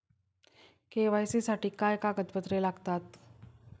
KYC साठी काय कागदपत्रे लागतात?